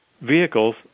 vehicles